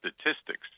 statistics